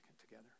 together